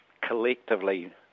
collectively